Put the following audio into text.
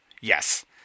Yes